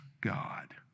God